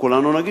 כולנו נגיד